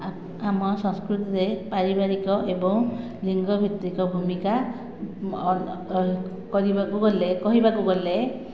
ଆମ ସଂସ୍କୃତିରେ ପାରିବାରିକ ଏବଂ ଲିଙ୍ଗଭିତ୍ତିକ ଭୂମିକା କରିବାକୁ ଗଲେ କହିବାକୁ ଗଲେ